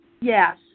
Yes